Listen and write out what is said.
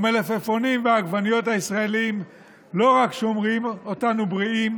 המלפפונים והעגבניות הישראליים לא רק שומרים אותנו בריאים,